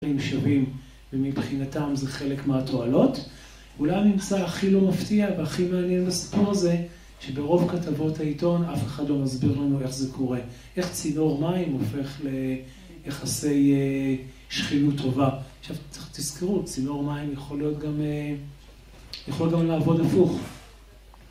שווים ומבחינתם זה חלק מהתועלות, אולי הממצא הכי לא מפתיע והכי מעניין בסיפור הזה שברוב כתבות העיתון אף אחד לא מסביר לנו איך זה קורה, איך צינור מים הופך ליחסי שכנות טובה. עכשיו תזכרו, צינור מים יכול להיות גם לעבוד הפוך